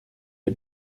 les